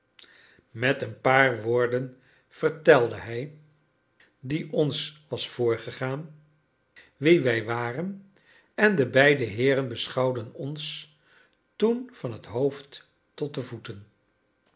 met een paar woorden vertelde hij die ons was voorgegaan wie wij waren en de beide heeren beschouwden ons toen van het hoofd tot de voeten